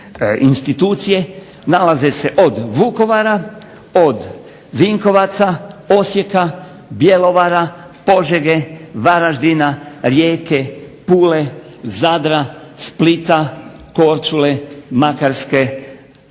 institucije nalaze se od Vukovara, od Vinkovaca, Osijeka, Bjelovara, Požege, Varaždina, Rijeke, Pule, Zadra, Splita, Korčule, Makarske,